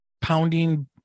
pounding